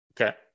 okay